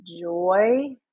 joy